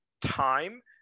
time